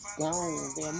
gone